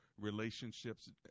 Relationships